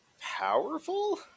powerful